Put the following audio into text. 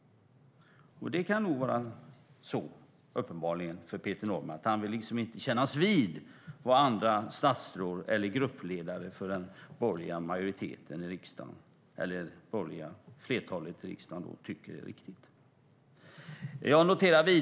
Det kan nog vara så att Peter Norman inte vill kännas vid vad andra statsråd eller gruppledare för den borgerliga majoriteten, liksom flertalet i riksdagen, tycker är riktigt.